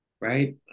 right